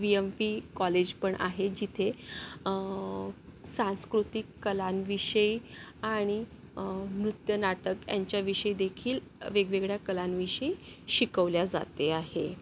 we M P college पण आहे जिथे सांस्कृतिक कलांविषयी आणि नृत्य नाटक यांच्याविषयी देखील वेगवेगळ्या कलांविषयी शिकवले जाते आहे